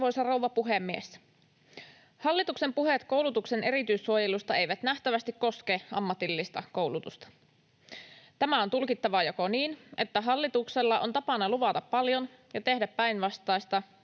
Arvoisa rouva puhemies! Hallituksen puheet koulutuksen erityissuojelusta eivät nähtävästi koske ammatillista koulutusta. Tämä on tulkittava joko niin, että hallituksella on tapana luvata paljon ja tehdä päinvastaista,